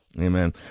Amen